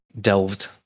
delved